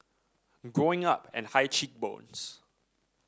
growing up and high cheek bones